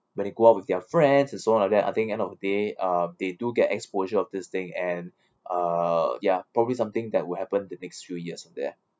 when you go out with their friends and so on like that I think end of day ah they do get exposure of this thing and uh ya probably something that will happen in the next few years there